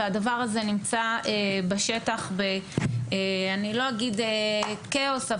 והדבר הזה נמצא בשטח אני לא אגיד בכאוס,